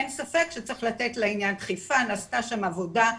אין ספק שצריך לתת לעניין דחיפה, נעשתה שם עבודה,